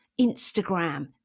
Instagram